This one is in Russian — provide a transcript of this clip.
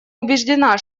убеждена